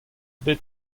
bet